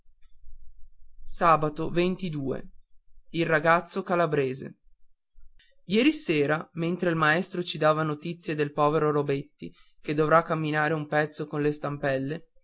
in silenzio il ragazzo calabrese ao eri sera mentre il maestro ci dava notizie del povero robetti che dovrà camminare con le stampelle